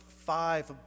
five